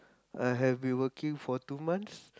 I have been working for two months